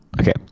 Okay